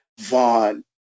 Vaughn